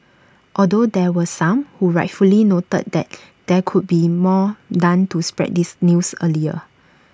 although there were some who rightfully noted that there could be more done to spread this news earlier